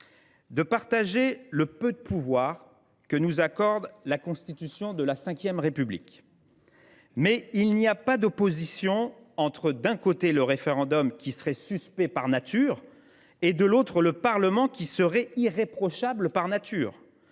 de partager le peu de pouvoir que nous accorde la Constitution de la VRépublique. Mais il n’y a pas d’opposition entre, d’un côté, le référendum, qui serait suspect par nature, et, de l’autre, le Parlement, qui serait par nature